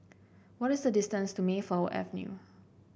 what is the distance to Mayflower Avenue